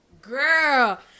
girl